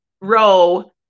row